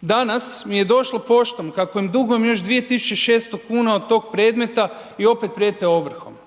Danas mi je došlo poštom kako im dugujem još 2.600,00 kn od tog predmeta i opet prijete ovrhom.